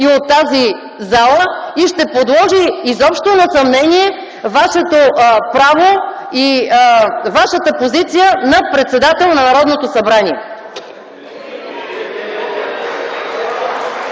и от тази зала и ще подложи изобщо на съмнение Вашето право и Вашата позиция на председател на Народното събрание.